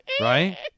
right